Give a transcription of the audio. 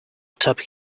tapped